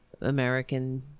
American